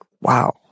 Wow